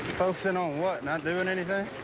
focusin' on what? not doing anything?